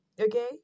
okay